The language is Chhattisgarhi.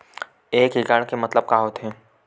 एकड़ के मतलब का होथे?